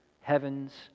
heaven's